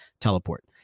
teleport